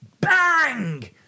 bang